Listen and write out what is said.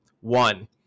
One